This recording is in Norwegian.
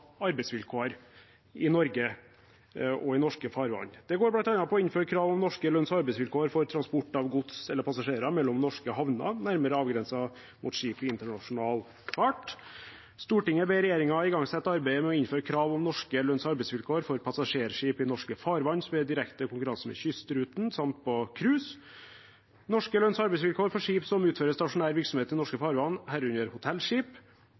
arbeidsvilkår i Norge og i norske farvann. Det går bl.a. på å innføre krav om norske lønns- og arbeidsvilkår for transport av gods eller passasjerer mellom norske havner, nærmere avgrenset mot skip i internasjonal fart, at Stortinget ber regjeringen igangsette arbeidet med å innføre krav om norske lønns- og arbeidsvilkår for passasjerskip i norske farvann som er i direkte konkurranse med kystruten samt på cruise, norske lønns- og arbeidsvilkår for skip som utfører stasjonær virksomhet i norske farvann, herunder hotellskip,